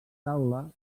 taula